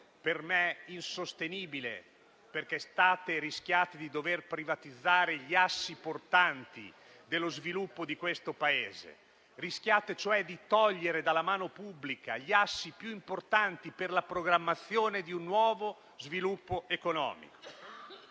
per me è insostenibile. Rischiate di dover privatizzare gli assi portanti dello sviluppo di questo Paese. Rischiate, cioè, di togliere dalla mano pubblica gli assi più importanti per la programmazione di un nuovo sviluppo economico.